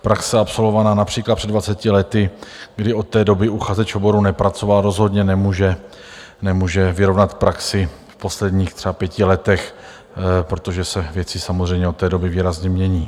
Praxe absolvovaná například před dvaceti lety, kdy od té doby uchazeč v oboru nepracoval, rozhodně nemůže vyrovnat praxi v posledních třeba pěti letech, protože se věci samozřejmě od té doby výrazně mění.